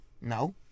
No